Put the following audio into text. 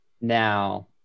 now